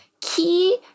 key